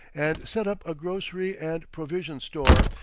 and set up a grocery and provision store,